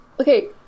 Okay